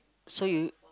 so you